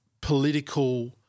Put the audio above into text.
political